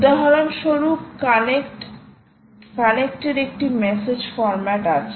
উদাহরণস্বরূপ কানেক্ট এর একটি মেসেজ ফরম্যাট আছে